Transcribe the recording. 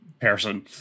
person